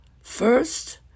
first